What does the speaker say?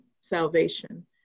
salvation